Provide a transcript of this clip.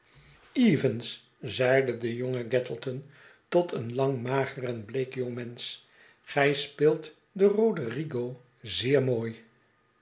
evaps zeide de jonge gattleton tot een larig mager en bleek jong mensch gij speelt den roderigo zeer mooi